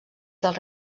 del